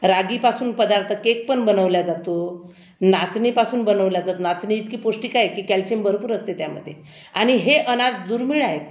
रागीपासून पदार्थ केक पण बनवला जातो नाचणीपासून बनवला जर नाचणी इतकी पौष्टिक आहे की कॅलसिम भरपूर असते त्यामध्ये आणि हे अनाज दुर्मीळ आहे